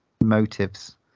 motives